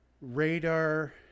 radar